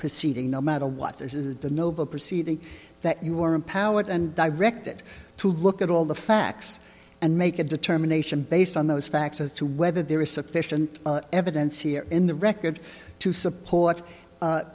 proceeding no matter what is the noble proceeding that you are empowered and directed to look at all the facts and make a determination based on those facts as to whether there is sufficient evidence here in the record to support